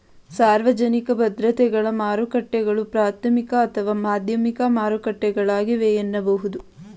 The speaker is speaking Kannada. ಸಾರ್ವಜನಿಕ ಭದ್ರತೆಗಳ ಮಾರುಕಟ್ಟೆಗಳು ಪ್ರಾಥಮಿಕ ಅಥವಾ ಮಾಧ್ಯಮಿಕ ಮಾರುಕಟ್ಟೆಗಳಾಗಿವೆ ಎನ್ನಬಹುದು